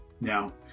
Now